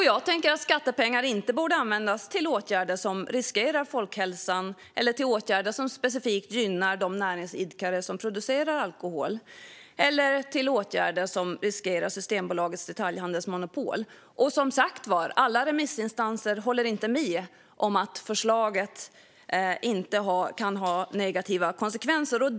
Jag tänker att skattepengar inte borde användas till åtgärder som riskerar folkhälsan, åtgärder som specifikt gynnar de näringsidkare som producerar alkohol eller åtgärder som riskerar Systembolagets detaljhandelsmonopol. Och som sagt håller inte alla remissinstanser med om att förslaget inte kommer att kunna ha negativa konsekvenser.